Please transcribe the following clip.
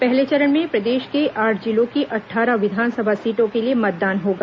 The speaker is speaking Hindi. पहले चरण में प्रदेश के आठ जिलों की अट्ठारह विधानसभा सीटों के लिए मतदान होगा